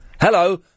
Hello